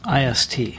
IST